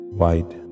white